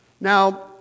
Now